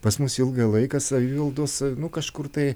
pas mus ilgą laiką savivaldos nu kažkur tai